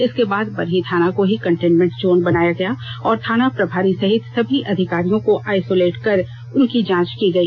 इसके बाद बरही थाना को ही कंटेनमेंट जोन बनाया गया और थाना प्रभारी सहित सभी अधिकारियों को आइसोलेट कर उनकी जांच की गई